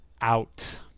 out